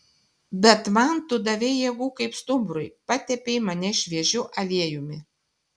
bet man tu davei jėgų kaip stumbrui patepei mane šviežiu aliejumi